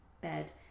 bed